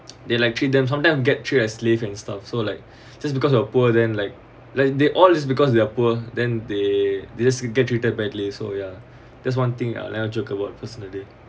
they like treat them sometimes get treat as slave and stuff so like just because of poor then like like they all is because they are poor then they they just get treated badly so ya that's one thing ah I never you joke about personally